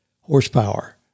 horsepower